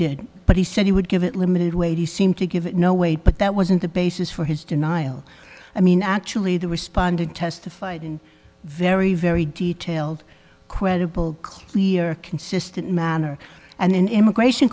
did but he said he would give it limited way he seemed to give it no weight but that wasn't the basis for his denial i mean actually the respondent testified in very very detailed credible clear consistent manner and in immigration